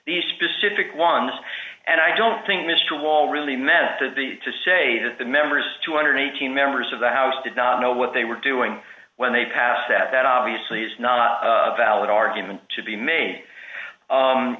the specific one and i don't think mr wall really meant to be to say that the members two hundred and eighteen members of the house did not know what they were doing when they passed that that obviously is not a valid argument to be made